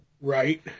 Right